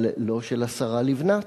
אבל לא של השרה לבנת,